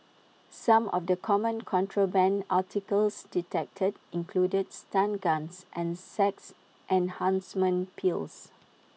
some of the common contraband articles detected included stun guns and sex enhancement pills